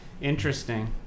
Interesting